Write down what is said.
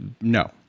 no